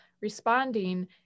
responding